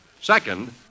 Second